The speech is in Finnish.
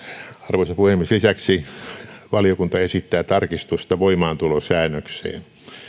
arvoisa puhemies lisäksi valiokunta esittää tarkistusta voimaantulosäännökseen